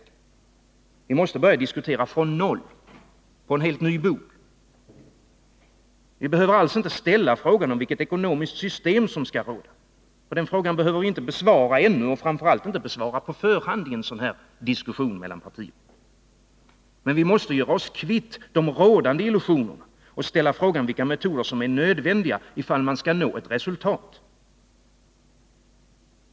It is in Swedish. Vi måste börja diskutera från noll, på en helt ny bog. Vi behöver alls inte ställa frågan om vilket ekonomiskt system som skall råda. Den frågan behöver vi inte besvara ännu och framför allt inte besvara på förhand i en sådan här diskussion mellan partierna. Men vi måste göra oss kvitt de rådande illusionerna och ställa frågan, vilka metoder som är nödvändiga ifall man skall nå ett resultat.